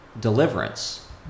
deliverance